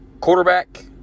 Quarterback